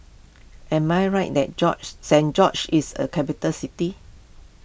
am I right that George Saint George's is a capital city